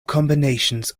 combinations